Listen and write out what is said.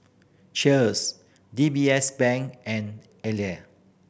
Cheers D B S Bank and